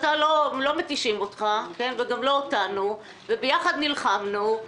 שלא מתישים אותך וגם לא אותנו וביחד נלחמנו,